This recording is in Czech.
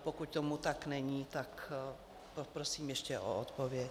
Pokud tomu tak není, tak poprosím ještě o odpověď.